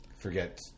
Forget